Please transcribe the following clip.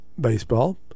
Baseball